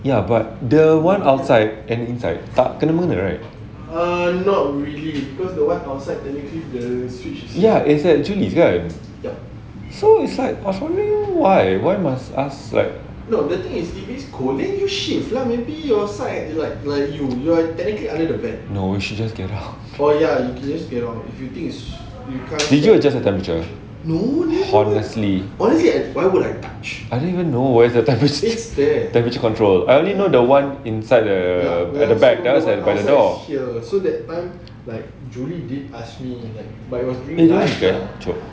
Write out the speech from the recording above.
ya but the one outside and inside tak kena mengena right ya it's actually kan so it's like but for me why why must ask like no she just cannot did you adjust the temperature honestly I didn't even know the temperature damage control I only know the one inside the at the back that was like by the door eh why the